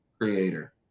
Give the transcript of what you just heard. creator